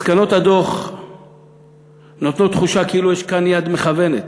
מסקנות הדוח נותנות תחושה כאילו יש כאן יד מכוונת.